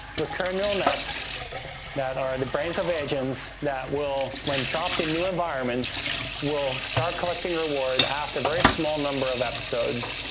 recurring neural nets that are the brains of agents that will when dropped in new environments will start collecting reward after a very small number of episodes,